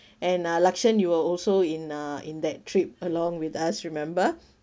and uh lakshen you are also in uh in that trip along with us remember